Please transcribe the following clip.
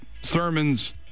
sermons